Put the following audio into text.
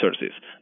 resources